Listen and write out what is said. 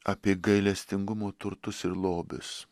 apie gailestingumo turtus ir lobius